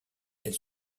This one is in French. elle